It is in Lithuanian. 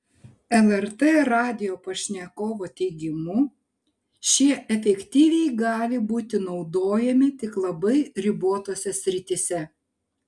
lrt radijo pašnekovo teigimu šie efektyviai gali būti naudojami tik labai ribotose srityse